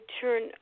turn